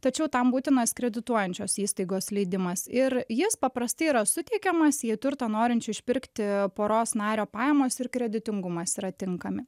tačiau tam būtinas kredituojančios įstaigos leidimas ir jis paprastai yra suteikiamas jei turto norinčių išpirkti poros nario pajamos ir kreditingumas yra tinkami